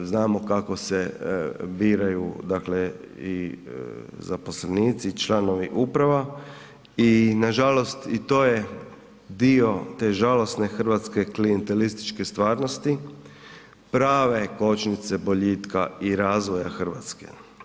Znamo kako se biraju, dakle i zaposlenici i članovi uprava i nažalost i to je dio te žalosne hrvatske klijentelističke stvarnosti, prave kočnice boljitka i razvoja Hrvatske.